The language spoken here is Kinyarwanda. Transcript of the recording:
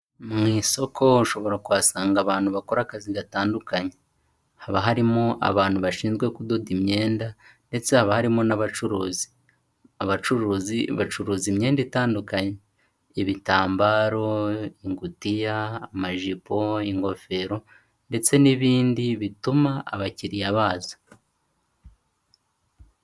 Mu isoko ushobora kuhasanga abantu bakora akazi gatandukanye. Haba harimo abantu bashinzwe kudoda imyenda ndetse haba harimo n'abacuruzi. Abacuruzi bacuruza imyenda itandukanye; ibitambaro, ingutiya, amajipo, ingofero ndetse n'ibindi bituma abakiriya baza.